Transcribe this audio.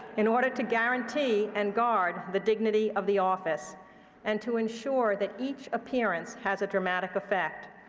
in order to guarantee and guard the dignity of the office and to ensure that each appearance has a dramatic effect.